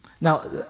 Now